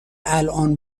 الان